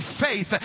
faith